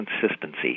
consistency